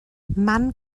man